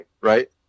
Right